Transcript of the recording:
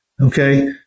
Okay